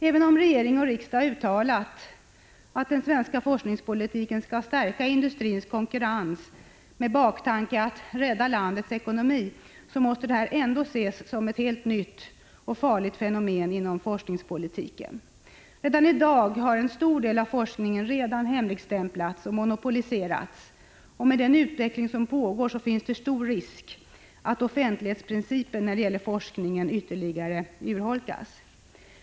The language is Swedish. Även om regering och riksdag uttalat att den svenska forskningspolitiken skall stärka industrins konkurrens, med baktanke att rädda landets ekonomi, måste detta ses som ett helt nytt och farligt fenomen inom forskningspolitiken. Redan i dag har en stor del av forskningen hemligstämplats och monopoliserats, och med den utveckling som pågår finns det stor risk att offentlighetsprincipen när det gäller forskningen ytterligare urholkas.